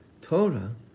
Torah